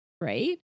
Right